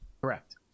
Correct